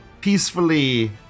peacefully